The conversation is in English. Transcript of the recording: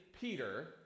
Peter